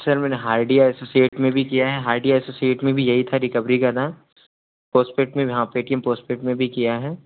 sir मैंने Idea associate में भी किया है हाइडिया असोसिएट में भी यही था रिकवरी का काम पोस्टपेड वहाँ पेटीएम पोस्टपेड में भी किया है